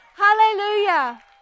Hallelujah